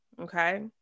okay